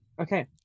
Okay